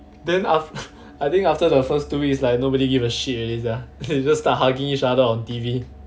then aft~ I think after the first two weeks like nobody give a shit already sia you just start hugging each other on T_V